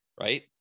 Right